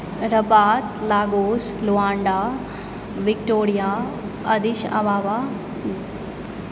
रब्बाक Lagos Luanda Victoria Addis अबाबा